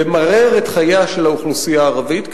למרר את חייה של האוכלוסייה הערבית,